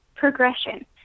Progression